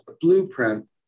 blueprint